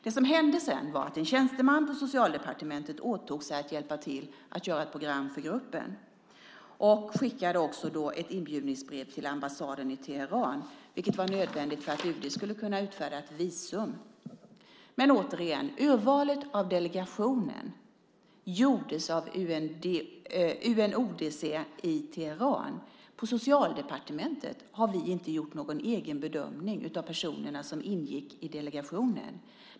Det som hände sedan var att en tjänsteman på Socialdepartementet åtog sig att hjälpa till att göra ett program för gruppen och skickade då ett inbjudningsbrev till ambassaden i Teheran, vilket var nödvändigt för att UD skulle kunna utfärda visum. Men återigen: Urvalet av delegationen gjordes av UNODC i Teheran. På Socialdepartementet har vi inte gjort någon egen bedömning av de personer som ingick i delegationen.